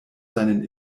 seinen